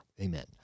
Amen